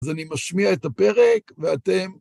אז אני משמיע את הפרק, ואתם...